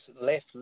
less